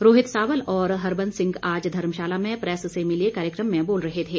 रोहित सावल और हरबंस सिंह आज धर्मशाला में प्रैस से मिलिए कार्यक्रम में बोल रहे थे